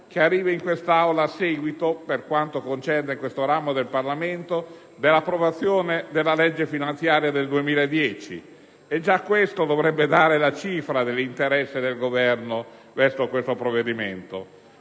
arriva in quest'Aula, per quanto concerne questo ramo del Parlamento, dopo l'approvazione della legge finanziaria 2010: già questo dato dovrebbe dare la cifra dell'interesse del Governo verso tale provvedimento.